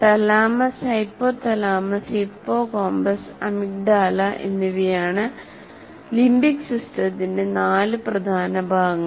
thalamus hypothalamus hippocampus amygdala എന്നിവയാണ് limbic സിസ്റ്റത്തിന്റെ നാല് പ്രധാന ഭാഗങ്ങൾ